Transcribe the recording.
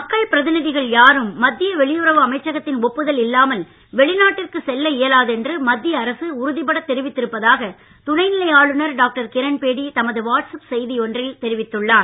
மக்கள் பிரதிநிதிகள் யாரும் மத்திய வெளியுறவு அமைச்சகத்தின் ஒப்புதல் இல்லாமல் வெளிநாட்டிற்குச் செல்ல இயலாது என்று மத்திய அரசு உறுதிபடத் தெரிவித்திருப்பதாக துணை நிலை ஆளுநர் டாக்டர் கிரண்பேடி தமது வாட்ஸ்அப் செய்தியில் தெரிவித்துள்ளார்